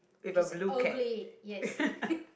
which is !ugly! yes